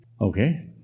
Okay